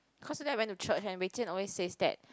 cause today I went to church and Wei-Jian always says that